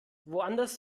woanders